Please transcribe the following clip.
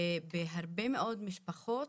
שבהרבה מאוד משפחות,